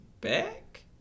back